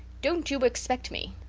dont you expect me.